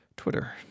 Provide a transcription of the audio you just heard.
twitter